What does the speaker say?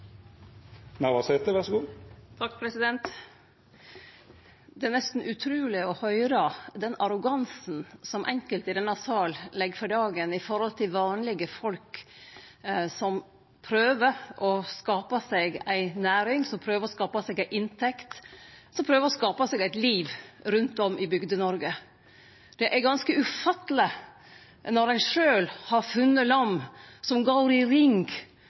nesten utruleg å høyre den arrogansen som enkelte i denne salen legg for dagen overfor vanlege folk som prøver å skape seg ei næring, som prøver å skape seg ei inntekt, som prøver å skape seg eit liv rundt om i Bygde-Noreg. Det er ganske ufatteleg når ein sjølv har funne lam som går i ring